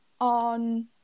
on